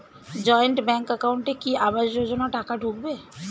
Joint bank একাউন্টে কি আবাস যোজনা টাকা ঢুকবে?